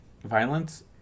violence